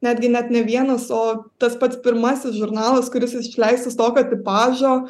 netgi net ne vienas o tas pats pirmasis žurnalas kuris išleistas tokio tipažo